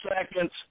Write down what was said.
Seconds